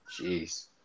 Jeez